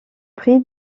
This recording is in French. prix